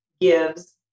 gives